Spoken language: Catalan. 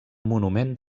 monument